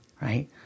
right